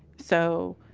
so,